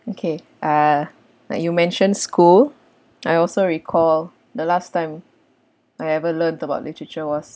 okay uh like you mentioned school I also recall the last time I ever learned about literature was